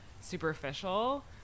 superficial